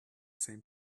same